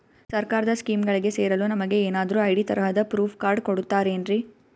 ಸರ್ಕಾರದ ಸ್ಕೀಮ್ಗಳಿಗೆ ಸೇರಲು ನಮಗೆ ಏನಾದ್ರು ಐ.ಡಿ ತರಹದ ಪ್ರೂಫ್ ಕಾರ್ಡ್ ಕೊಡುತ್ತಾರೆನ್ರಿ?